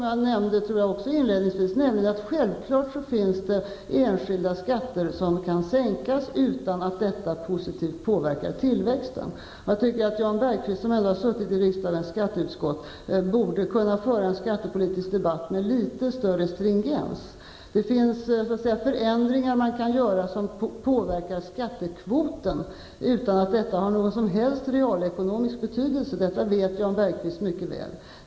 Jag nämnde inledningsvis att självfallet finns det enskilda skatter som kan sänkas utan att det positivt påverkar tillväxten. Jag tycker att Jan Bergqvist, som ändå har suttit i riksdagens skatteutskott, borde kunna föra en skattepolitisk debatt med litet större stringens. Det finns förändringar som kan göras som påverkar skattekvoten utan att ha någon som helst realekonomisk betydelse. Det vet Jan Bergqvist mycket väl.